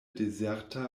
dezerta